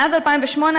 מאז 2008,